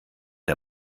der